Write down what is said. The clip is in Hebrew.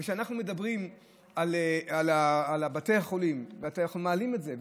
וכשאנחנו מדברים על בתי החולים ואנחנו מעלים את זה,